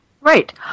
Right